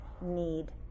need